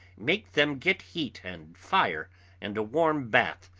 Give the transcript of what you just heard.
make them get heat and fire and a warm bath.